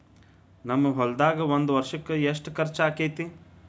ನಿಮ್ಮ ಹೊಲ್ದಾಗ ಒಂದ್ ವರ್ಷಕ್ಕ ಎಷ್ಟ ಖರ್ಚ್ ಆಕ್ಕೆತಿ?